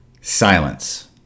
Silence